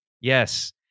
yes